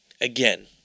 Again